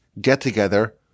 get-together